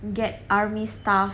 get army stuff